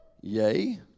Yay